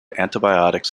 antibiotics